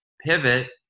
Pivot